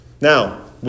Now